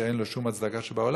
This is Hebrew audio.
שאין לו שום הצדקה בעולם,